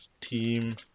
team